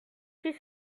suis